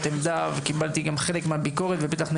עמדה וקיבלתי גם חלק מהביקורת ובטח,